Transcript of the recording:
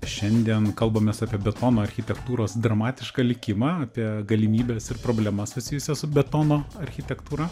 šiandien kalbamės apie betono architektūros dramatišką likimą apie galimybes ir problemas susijusias su betono architektūra